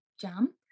jam